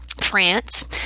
France